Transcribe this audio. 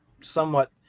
somewhat